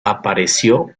apareció